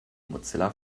mozilla